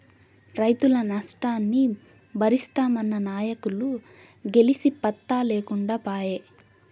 రైతుల నష్టాన్ని బరిస్తామన్న నాయకులు గెలిసి పత్తా లేకుండా పాయే